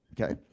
Okay